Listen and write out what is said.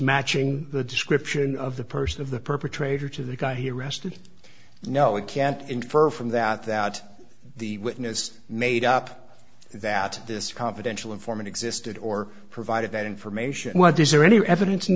matching the description of the person of the perpetrator to the guy he arrested now we can't infer from that that the witness made up that this confidential informant existed or provided that information what is there any evidence